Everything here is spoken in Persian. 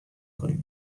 کنی